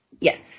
yes